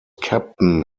captain